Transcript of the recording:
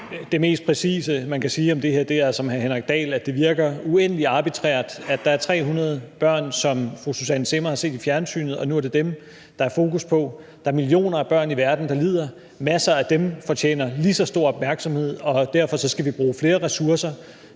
det mest præcise, man kan sige om det her, som hr. Henrik Dahl også sagde, er, at det virker uendelig arbitrært, at der er 300 børn, som fru Susanne Zimmer har set i fjernsynet, og som der nu er fokus på. Der er millioner af børn i verden, der lider, og masser af dem fortjener lige så stor opmærksomhed, og derfor skal vi bruge flere ressourcer